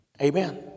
Amen